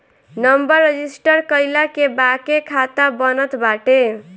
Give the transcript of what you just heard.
number register कईला के बाके खाता बनत बाटे